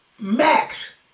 Max